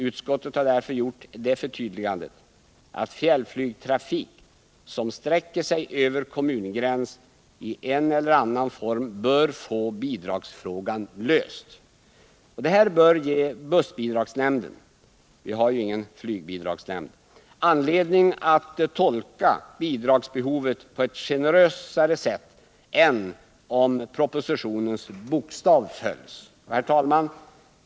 Utskottet har därför gjort det förtydligandet att fjällflygtrafik som sträcker sig över kommungräns bör få bidragsfrågan löst i en eller annan form. Detta bör ge bussbidragsnämnden — vi har ju ingen flygbidragsnämnd — anledning att tolka bidragsbehovet på ett generösare sätt än om propositionens bokstav följs. Herr talman!